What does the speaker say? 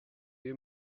you